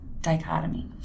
dichotomy